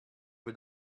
peu